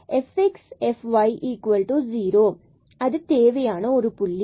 அது தேவையான ஒரு புள்ளி